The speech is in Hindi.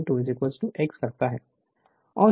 और हम Eb K ∅ n जानते हैं